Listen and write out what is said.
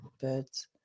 birds